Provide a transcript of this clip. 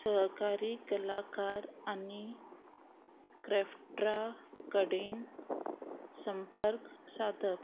सहकारी कलाकार आनी क्रॅफ्ट्रा कडेन संपर्क साधप